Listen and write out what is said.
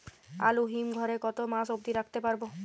আলু হিম ঘরে কতো মাস অব্দি রাখতে পারবো?